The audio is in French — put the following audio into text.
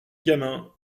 gamin